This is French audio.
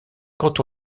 quand